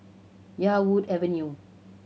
Yarwood Avenue